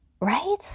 right